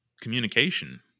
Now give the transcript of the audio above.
communication